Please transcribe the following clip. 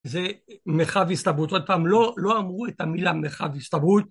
זה מרחב הסתברות. עוד פעם - לא אמרו את המילה מרחב הסתברות